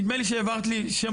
נדמה לי שהעברת לי שם,